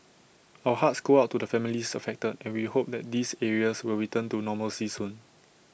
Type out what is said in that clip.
our hearts go out to the families affected and we hope that these areas will return to normalcy soon